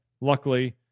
luckily